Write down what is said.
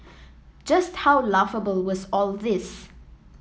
just how laughable was all this